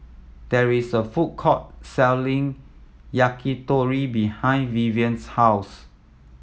there is a food court selling Yakitori behind Vivien's house